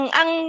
ang